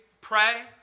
pray